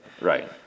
Right